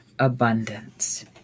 Abundance